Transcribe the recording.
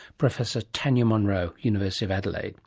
professor tanya monro, university of adelaide